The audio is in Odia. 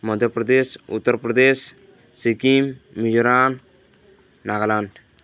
ମଧ୍ୟପ୍ରଦେଶ ଉତ୍ତରପ୍ରଦେଶ ସିକ୍କିମ ମିଜୋରାମ ନାଗାଲାଣ୍ଡ